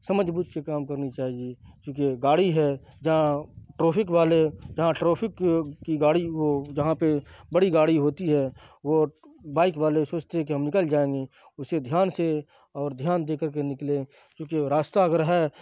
سمجھ بوجھ کے کام کرنی چاہیے چونکہ گاڑی ہے جہاں ٹرافک والے جہاں ٹرافک کی گاڑی وہ جہاں پہ بڑی گاڑی ہوتی ہے وہ بائک والے سوچتے کہ ہم نکل جائیں گے اسے دھیان سے اور دھیان دے کر کے نکلیں چونکہ راستہ اگر ہے